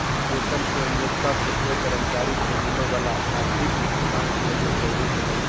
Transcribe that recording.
वेतन कोय नियोक्त से कोय कर्मचारी के मिलय वला आवधिक भुगतान के एगो स्वरूप हइ